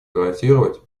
гарантировать